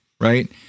right